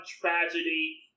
tragedy